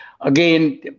again